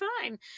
fine